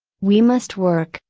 we must work,